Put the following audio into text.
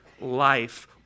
life